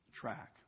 track